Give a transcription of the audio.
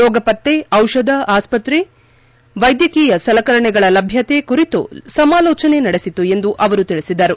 ರೋಗ ಪತ್ತೆ ಔಷಧ ಆಸ್ವತ್ರೆ ವೈದ್ಯಕೀಯ ಸಲಕರಣೆಗಳ ಲಭ್ಯತೆ ಕುರಿತು ಸಮಾಲೋಚನೆ ನಡೆಸಿತು ಎಂದು ಅವರು ತಿಳಿಸಿದರು